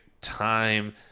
time